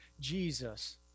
Jesus